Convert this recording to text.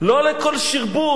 לא לכל שרבוט.